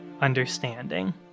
understanding